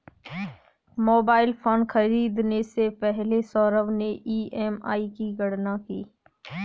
mobile phone खरीदने से पहले सौरभ ने ई.एम.आई की गणना की